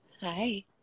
Hi